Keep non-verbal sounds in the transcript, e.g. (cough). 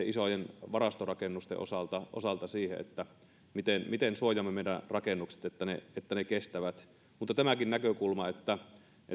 (unintelligible) isojen varastorakennusten osalta ja on jouduttu varautumaan siihen että miten suojaamme meidän rakennukset että ne että ne kestävät tämäkin näkökulma että